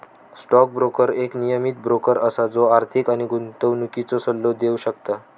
stock broker एक नियमीत broker असा जो आर्थिक आणि गुंतवणुकीचो सल्लो देव शकता